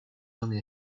only